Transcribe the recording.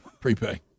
Prepay